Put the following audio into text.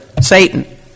Satan